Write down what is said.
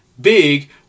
big